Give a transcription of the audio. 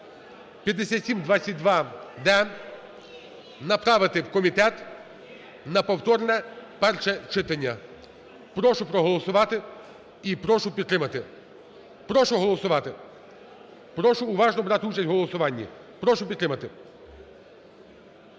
5722-д направити в комітет на повторне перше читання. Прошу проголосувати, і прошу підтримати. Прошу голосувати. Прошу уважно брати участь в голосуванні. Прошу підтримати.